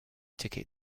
ticket